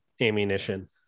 ammunition